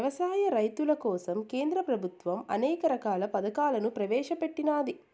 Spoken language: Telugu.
వ్యవసాయ రైతుల కోసం కేంద్ర ప్రభుత్వం అనేక రకాల పథకాలను ప్రవేశపెట్టినాది